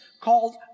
called